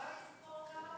בוא נספור כמה